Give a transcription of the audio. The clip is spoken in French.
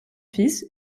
fils